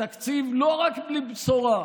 תקציב לא רק בלי בשורה,